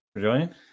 joining